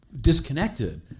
disconnected